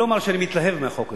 אני לא אומר שאני מתלהב מהחוק הזה.